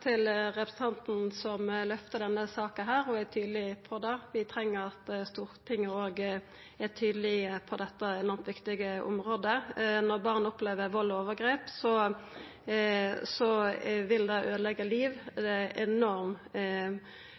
til representanten som løfter fram denne saka og er tydeleg på dette. Vi treng at Stortinget òg er tydeleg på dette enormt viktige området. Når barn opplever vald og overgrep, vil det øydeleggja liv.